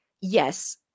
Yes